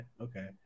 Okay